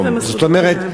זאת אומרת,